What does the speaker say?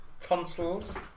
tonsils